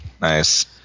Nice